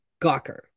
Gawker